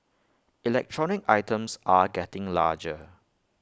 electronic items are getting larger